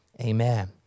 amen